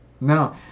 No